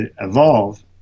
evolve